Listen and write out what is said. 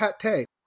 pate